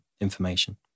information